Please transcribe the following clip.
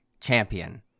champion